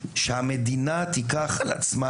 המדינה צריכה לקחת על עצמה,